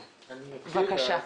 בבקשה.